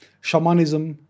shamanism